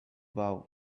vow